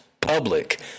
public